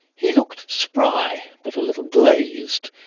he looked spry but a little glazed,